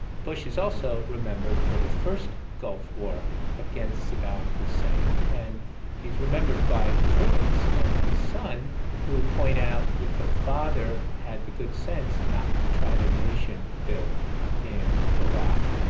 bush is also remembered for the first gulf war against saddam hussein and he's remembered by critics of his son who point out that the father had the good sense not to try to nation-build in iraq.